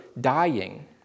dying